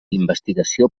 investigació